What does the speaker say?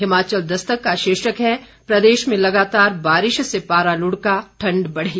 हिमाचल दस्तक का शीर्षक है प्रदेश में लगातार बारिश से पारा लुढ़का ठंड बढ़ी